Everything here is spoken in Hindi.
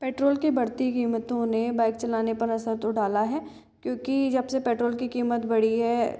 पेट्रोल की बढ़ती कीमतों ने बाइक चलाने पर असर तो डाला है क्योंकी जबसे पेट्रोल की कीमत बढ़ी है तो